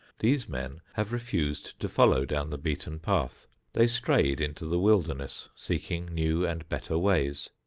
these men have refused to follow down the beaten path they strayed into the wilderness seeking new and better ways.